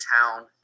town